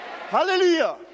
Hallelujah